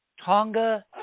Tonga